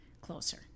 closer